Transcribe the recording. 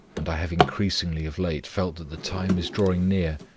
and i have increasingly, of late, felt that the time is drawing near,